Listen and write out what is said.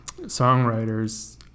songwriters